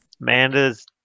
Amanda's